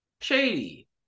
shady